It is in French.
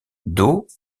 dos